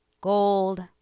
Gold